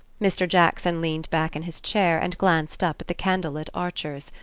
mr. jackson leaned back in his chair, and glanced up at the candlelit archers,